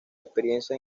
experiencia